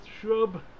shrub